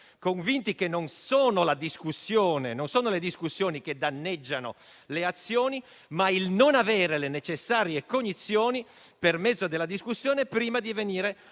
convinti che non sono le discussioni che danneggiano le azioni, ma il non attingere le necessarie cognizioni per mezzo della discussione prima di venire